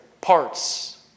parts